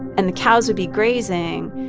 and the cows would be grazing,